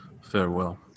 farewell